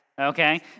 Okay